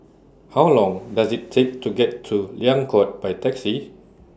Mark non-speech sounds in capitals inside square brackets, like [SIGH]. How [NOISE] Long Does IT Take to get to Liang Court By Taxi